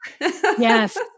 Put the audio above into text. yes